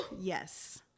Yes